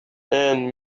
and